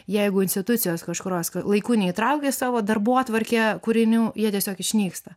jeigu institucijos kažkurios laiku neįtraukė į savo darbotvarkę kūrinių jie tiesiog išnyksta